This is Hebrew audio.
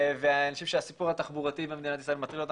אני חושב שהסיפור התחבורתי במדינת ישראל מטריד אותנו